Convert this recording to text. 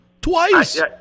Twice